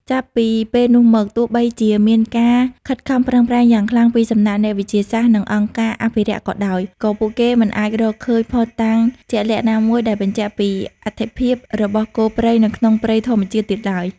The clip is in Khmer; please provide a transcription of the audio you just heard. ចាប់ពីពេលនោះមក ទោះបីជាមានការខិតខំប្រឹងប្រែងយ៉ាងខ្លាំងពីសំណាក់អ្នកវិទ្យាសាស្ត្រ និងអង្គការអភិរក្សក៏ដោយ ក៏ពួកគេមិនអាចរកឃើញភស្តុតាងជាក់លាក់ណាមួយដែលបញ្ជាក់ពីអត្ថិភាពរបស់គោព្រៃនៅក្នុងព្រៃធម្មជាតិទៀតឡើយ។